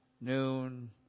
noon